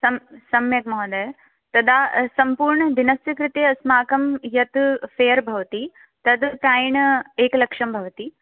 सं सम्यक् महोदय तदा सम्पूर्णदिनस्य कृते अस्माकं यत् फ़ेर् भवति तद् प्रायेण एकलक्षं भवति